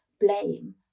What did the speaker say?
blame